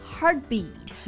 Heartbeat